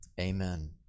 Amen